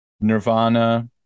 Nirvana